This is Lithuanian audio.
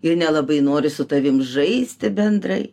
ir nelabai nori su tavim žaisti bendrai